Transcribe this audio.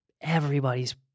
everybody's